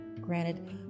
Granted